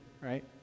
right